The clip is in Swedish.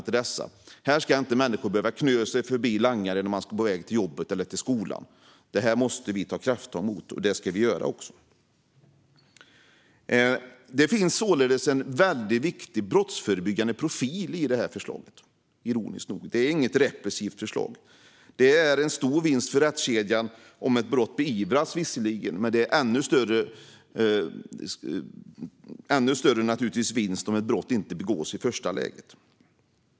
Människor ska inte behöva knö sig förbi langare när de är på väg till jobbet eller skolan. Detta måste vi alltså ta krafttag mot, och det ska vi göra också. Det finns således en väldigt viktig brottsförebyggande profil i det här förslaget, ironiskt nog. Det är inget repressivt förslag. Det är visserligen en stor vinst för rättskedjan om ett brott beivras, men det är naturligtvis en ännu större vinst om ett brott inte begås i första läget.